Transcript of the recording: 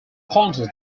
pontus